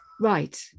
right